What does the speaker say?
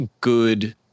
good